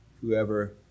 whoever